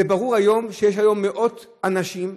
ברור היום שיש מאות אנשים,